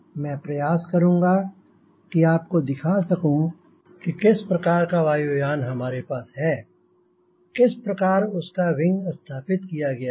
मैं प्रयास करूंँगा कि आप को दिखा सकूंँ कि किस प्रकार का वायुयान हमारे पास है किस प्रकार उसका विंग स्थापित किया गया है